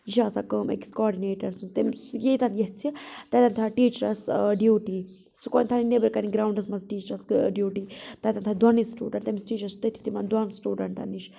یہِ چھِ آسان کٲم أکِس کاڈنیٹَر سٕنٛز تٔمِس ییٚتٮ۪ن یژھہِ تَتٮ۪ن تھایہِ ٹیچرَس ڈِیوٹی سُہ کونہٕ تھایہِ نٮ۪برٕ کٔنۍ گراونٛڈَس منٛز ٹیچرَس ڈِیوٹی تَتِٮ۪ن تھایہِ دۄنٕے سِٹوڈَنٹَن تٔمِس چھ تٔتی تِمَن دۄن سِٹوڈَنٹَن نِش